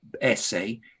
essay